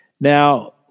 Now